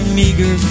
meager